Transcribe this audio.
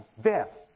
death